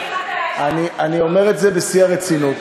אני אומר את זה בשיא הרצינות.